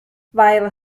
while